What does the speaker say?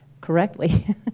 correctly